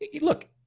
look